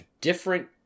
different